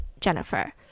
Jennifer